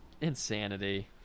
insanity